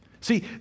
See